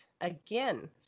again